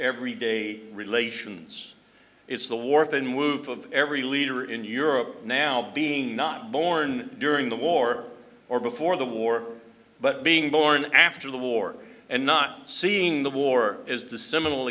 every day relations it's the wharf and woof of every leader in europe now being not born during the war or before the war but being born after the war and not seeing the war is the seminal